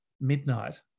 midnight